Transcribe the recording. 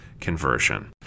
conversion